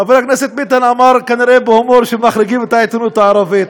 חבר הכנסת ביטן אמר כנראה בהומור שמחריגים את העיתונות הערבית,